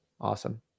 Awesome